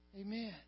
Amen